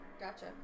Gotcha